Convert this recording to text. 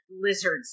lizards